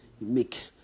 make